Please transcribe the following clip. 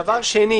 דבר שני